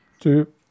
two